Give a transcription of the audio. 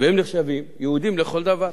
והם נחשבים יהודים לכל דבר.